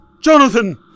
Jonathan